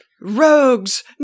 rogues